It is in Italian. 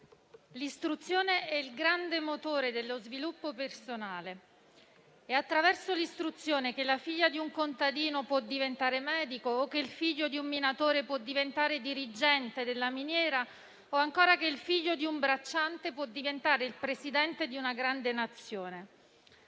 l'istruzione è il grande motore dello sviluppo personale. È attraverso l'istruzione che la figlia di un contadino può diventare medico o che il figlio di un minatore può diventare dirigente della miniera o ancora che il figlio di un bracciante può diventare il Presidente di una grande Nazione.